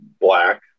black